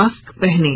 mask पहनें